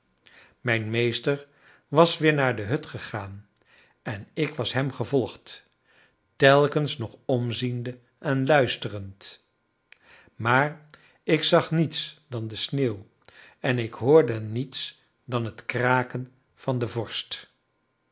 mijn meester was weer naar de hut gegaan en ik was hem gevolgd telkens nog omziende en luisterend maar ik zag niets dan de sneeuw en ik hoorde niets dan het kraken van de vorst